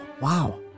Wow